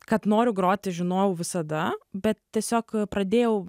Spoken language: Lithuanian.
kad noriu groti žinojau visada bet tiesiog pradėjau